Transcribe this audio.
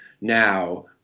now